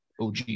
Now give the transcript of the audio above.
OG